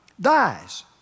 dies